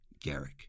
Garrick